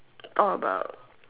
all about